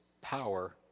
power